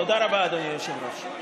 תודה רבה, אדוני היושב-ראש.